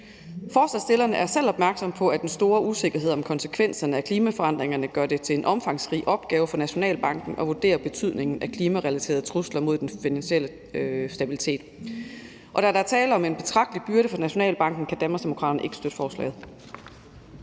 Forslagsstillerne er selv opmærksomme på, at den store usikkerhed om konsekvenserne af klimaforandringerne gør det til en omfangsrig opgave for Nationalbanken at vurdere betydningen af klimarelaterede trusler mod den finansielle stabilitet. Da der er tale om en betragtelig byrde for Nationalbanken, kan Danmarksdemokraterne ikke støtte forslaget.